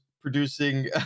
Producing